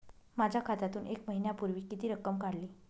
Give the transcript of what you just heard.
माझ्या खात्यातून एक महिन्यापूर्वी किती रक्कम काढली?